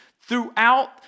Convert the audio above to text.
throughout